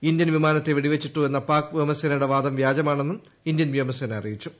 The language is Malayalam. ഇന്ത്യൻ വിമാനത്തെ വെടിവച്ചിട്ടു എന്ന പാക്വ്യോമസേനയുടെ വാദം വ്യാജമാണെന്നും വ്യോമസേന അറിയിച്ചു